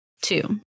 Two